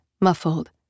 muffled